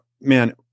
man